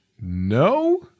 no